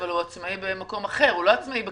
אבל הוא עצמאי במקום אחר, הוא לא עצמאי בקיבוץ,